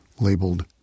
labeled